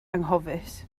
anghofus